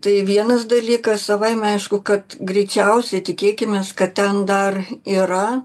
tai vienas dalykas savaime aišku kad greičiausiai tikėkimės kad ten dar yra